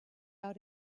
out